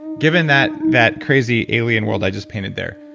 given that that crazy alien world i just painted there.